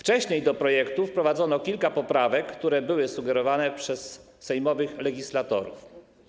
Wcześniej do projektu wprowadzono kilka poprawek, które były sugerowane przez sejmowych legislatorów.